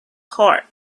heart